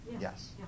Yes